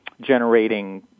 generating